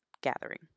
gathering